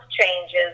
changes